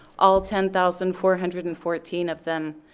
all ten thousand four hundred and fourteen of them,